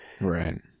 right